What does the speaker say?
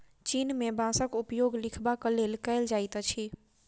चीन में बांसक उपयोग लिखबाक लेल कएल जाइत अछि